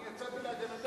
אני יצאתי להגנתם.